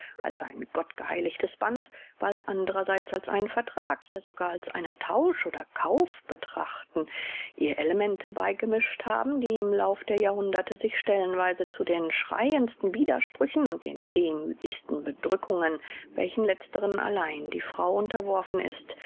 als ein gottgeheiligtes band bald andererseits als einen vertrag ja sogar als einen tausch oder kauf betrachten ihr elemente beigemischt haben die im lauf der jahrhunderte sich stellenweise zu den schreiendsten widersprüchen und den demüthigendsten bedrückungen welchen letzteren allein die frau unterworfen ist